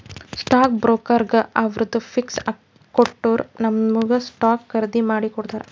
stock ಬ್ರೋಕರ್ಗ ಅವ್ರದ್ fees ಕೊಟ್ಟೂರ್ ನಮುಗ ಸ್ಟಾಕ್ಸ್ ಖರ್ದಿ ಮಾಡಿ ಕೊಡ್ತಾರ್